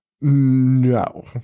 No